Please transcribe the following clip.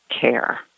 care